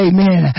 Amen